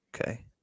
Okay